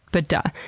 but, duh!